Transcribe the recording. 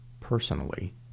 personally